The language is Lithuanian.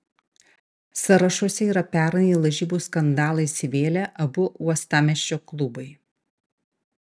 sąrašuose yra pernai į lažybų skandalą įsivėlę abu uostamiesčio klubai